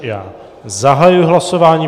Já zahajuji hlasování.